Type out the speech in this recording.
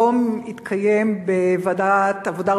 היום התקיים בוועדת העבודה,